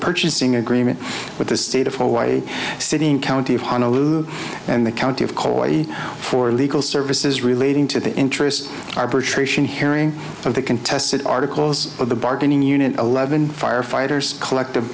purchasing agreement with the state of hawaii sitting county of honolulu and the county of coffee for legal services relating to the interests arbitration hearing of the contested articles of the bargaining unit eleven firefighters collective